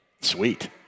Sweet